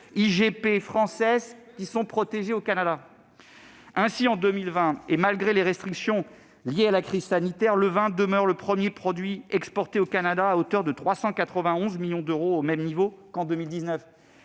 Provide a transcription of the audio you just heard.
IGP françaises sont protégées au Canada. Ainsi, en 2020, malgré les restrictions liées à la crise sanitaire, le vin demeure le premier produit exporté au Canada, à hauteur de 391 millions d'euros, au même niveau qu'en 2019.